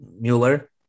Mueller